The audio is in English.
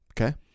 Okay